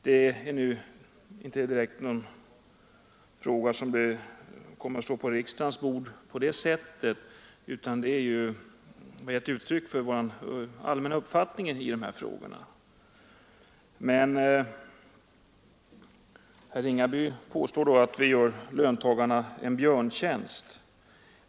Men detta är inte någon fråga som direkt kommer att ligga på riksdagens bord, utan den meningen är ett uttryck för vår allmänna uppfattning i dessa frågor. Herr Ringaby påstår att vi gör löntagarna en björntjänst genom att hävda den meningen.